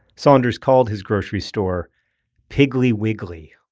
saunders called his grocery store piggly wiggly